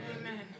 Amen